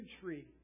tree